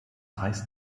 heißt